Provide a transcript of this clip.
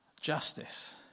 justice